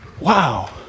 Wow